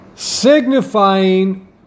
Signifying